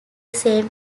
same